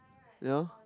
yea